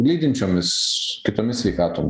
lydinčiomis kitomis sveikatos